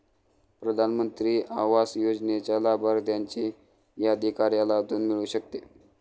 प्रधान मंत्री आवास योजनेच्या लाभार्थ्यांची यादी कार्यालयातून मिळू शकते